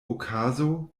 okazo